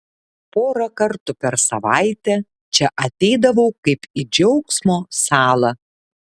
porą kartų per savaitę čia ateidavau kaip į džiaugsmo salą